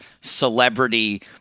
celebrity